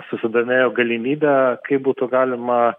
susidomėjo galimybe kaip būtų galima